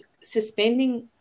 suspending